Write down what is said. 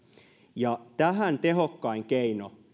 ja tähän tehokkain keino